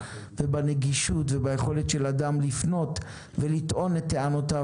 בנגישות וביכולת של אדם לפנות ולטעון את טענותיו